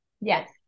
Yes